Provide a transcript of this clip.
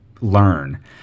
learn